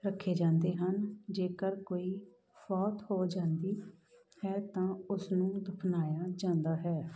ਰੱਖੇ ਜਾਂਦੇ ਹਨ ਜੇਕਰ ਕੋਈ ਫੌਤ ਹੋ ਜਾਂਦੀ ਹੈ ਤਾਂ ਉਸਨੂੰ ਦਫ਼ਨਾਇਆ ਜਾਂਦਾ ਹੈ